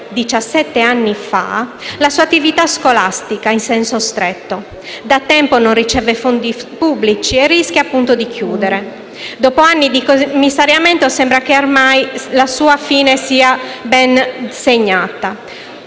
anni fa, la sua attività scolastica in senso stretto; da tempo non riceve fondi pubblici e rischia di chiudere. Dopo anni di commissariamento sembra che ormai la sua fine sia segnata.